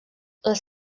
les